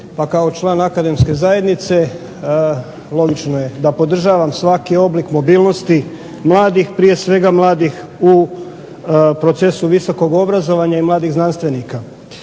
Kao član Akademske zajednice logično je da podržavam svaki oblik mobilnosti mladih, prije svega mladih u procesu visokog obrazovanja i mladih znanstvenika.